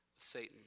Satan